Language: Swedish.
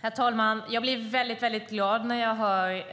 Herr talman! Jag blir väldigt glad när jag hör